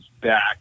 back